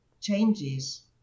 changes